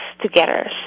together